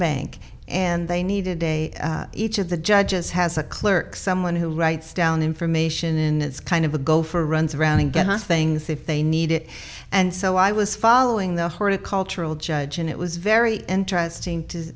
bank and they needed a each of the judges has a clerk someone who writes down information in it's kind of a go for runs around and get things if they need it and so i was following the horticultural judge and it was very interesting to